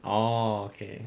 oh okay